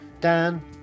Dan